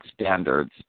standards